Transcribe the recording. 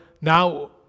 now